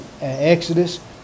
Exodus